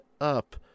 up